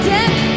Death